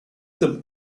them